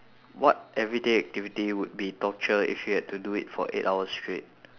what everyday activity would be torture if you had to do it for eight hours straight